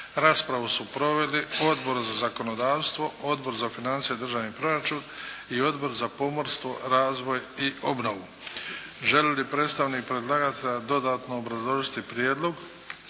Raspravu su proveli Odbor za zakonodavstvo, Odbor za financije i državni proračun i Odbor za pomorstvo, razvoj i obnovu. Želi li predstavnik predlagatelja dodatno obrazložiti prijedlog?